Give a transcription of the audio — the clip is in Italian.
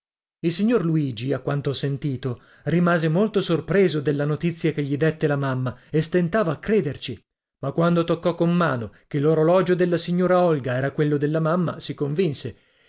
il signor luigi a quanto ho sentito rimase molto sorpreso della notizia che gli dètte la mamma e stentava a crederci ma quando toccò con mano che l'orologio della signora olga era quello della mamma si convinse